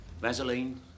Vaseline